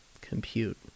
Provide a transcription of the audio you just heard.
compute